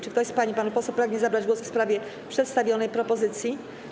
Czy ktoś z pań i panów posłów pragnie zabrać głos w sprawie przedstawionej propozycji?